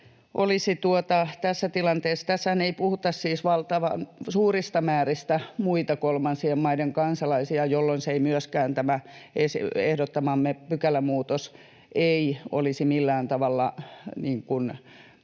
siis valtavan suurista määristä muita kolmansien maiden kansalaisia, jolloin tämä ehdottamamme pykälämuutos ei olisi myöskään millään